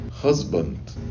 Husband